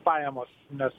pajamos nes